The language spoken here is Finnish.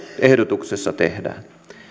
ehdotuksessa tehdään